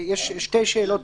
יש שתי שאלות,